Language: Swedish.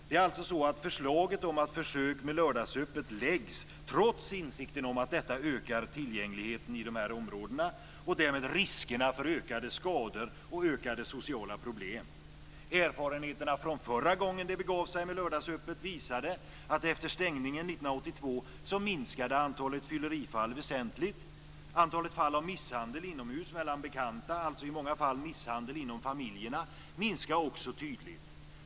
Det är alltså så att förslaget om försök med lördagsöppet läggs fram trots insikten om att detta ökar tillgängligheten i de här områdena, och därmed riskerna för ökade skador och ökade sociala problem. Erfarenheterna från förra gången det begav sig med lördagsöppet visade att efter stängningen 1982 minskade antalet fyllerifall väsentligt. Antalet fall av misshandel inomhus mellan bekanta, dvs. i många fall misshandel inom familjerna, minskade också tydligt.